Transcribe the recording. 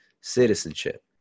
citizenship